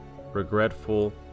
regretful